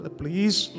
please